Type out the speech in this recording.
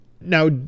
Now